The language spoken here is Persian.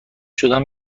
شدم